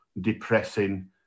depressing